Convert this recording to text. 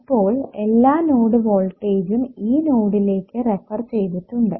അപ്പോൾ എല്ലാ നോഡ് വോൾട്ടേജും ഈ നോഡിലേക്ക് റെഫർ ചെയ്തിട്ടുണ്ട്